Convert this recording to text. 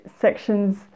sections